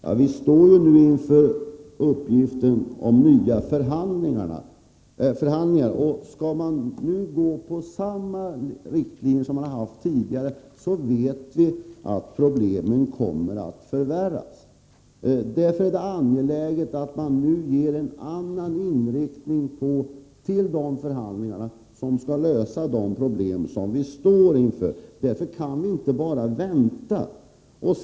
Fru talman! Vi står i dag inför nya förhandlingar. Skulle man nu gå efter samma riktlinjer som tidigare, vet vi att problemen kommer att förvärras. Därför är det angeläget att man ger en annan inriktning åt de förhandlingar som skall lösa de problem som vi står inför. Vi kan inte bara vänta.